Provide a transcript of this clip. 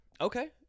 Okay